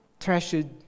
treasured